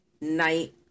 night